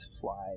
fly